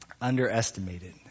underestimated